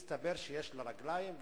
הסתבר שיש לה רגליים,